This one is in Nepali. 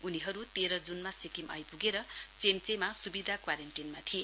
उनीहरू तेह्र जूनमा सिक्किम आइपुगेर चेम्चेमा सुविधा क्वारेन्टीनमा थिए